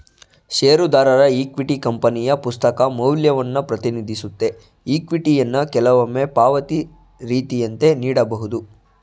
ಷೇರುದಾರರ ಇಕ್ವಿಟಿ ಕಂಪನಿಯ ಪುಸ್ತಕ ಮೌಲ್ಯವನ್ನ ಪ್ರತಿನಿಧಿಸುತ್ತೆ ಇಕ್ವಿಟಿಯನ್ನ ಕೆಲವೊಮ್ಮೆ ಪಾವತಿ ರೀತಿಯಂತೆ ನೀಡಬಹುದು